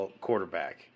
quarterback